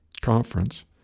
conference